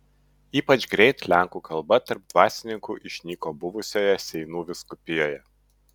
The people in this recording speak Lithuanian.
ypač greit lenkų kalba tarp dvasininkų išnyko buvusioje seinų vyskupijoje